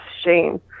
shame